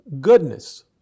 goodness